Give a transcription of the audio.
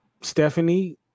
Stephanie